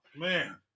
Man